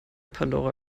pandora